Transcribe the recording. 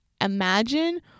imagine